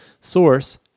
Source